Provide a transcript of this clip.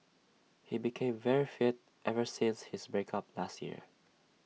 he became very fit ever since his break up last year